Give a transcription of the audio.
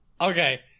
Okay